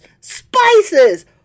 spices